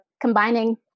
combining